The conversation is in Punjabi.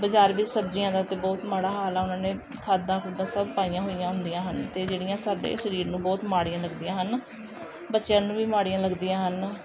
ਬਜ਼ਾਰ ਵਿੱਚ ਸਬਜ਼ੀਆਂ ਦਾ ਤਾਂ ਬਹੁਤ ਮਾੜਾ ਹਾਲ ਆ ਉਹਨਾਂ ਨੇ ਖਾਦਾਂ ਖੂਦਾਂ ਸਭ ਪਾਈਆਂ ਹੋਈਆਂ ਹੁੰਦੀਆਂ ਹਨ ਅਤੇ ਜਿਹੜੀਆਂ ਸਾਡੇ ਸਰੀਰ ਨੂੰ ਬਹੁਤ ਮਾੜੀਆਂ ਲੱਗਦੀਆਂ ਹਨ ਬੱਚਿਆਂ ਨੂੰ ਵੀ ਮਾੜੀਆਂ ਲੱਗਦੀਆਂ ਹਨ